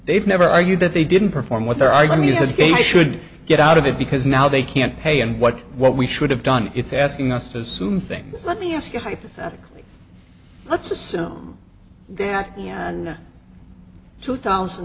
they've never argued that they didn't perform with their i muses game should get out of it because now they can't pay and what what we should have done it's asking us to assume things let me ask you hypothetically let's assume that you and two thousand